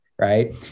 right